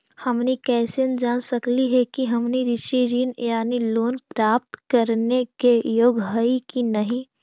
हमनी कैसे जांच सकली हे कि हमनी कृषि ऋण यानी लोन प्राप्त करने के योग्य हई कि नहीं?